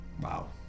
Wow